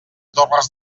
torres